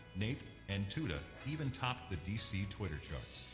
naep and tuda even topped the dc twitter charts.